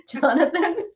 Jonathan